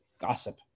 gossip